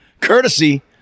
courtesy